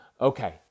Okay